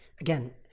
again